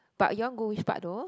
but your one go which part though